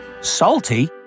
Salty